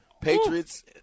Patriots